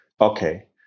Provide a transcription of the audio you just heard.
Okay